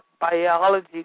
biology